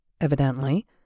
evidently